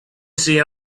see